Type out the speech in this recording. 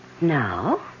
Now